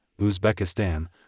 Uzbekistan